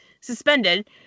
suspended